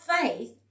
faith